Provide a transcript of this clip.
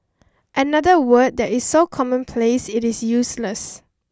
another word that is so commonplace it is useless